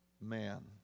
man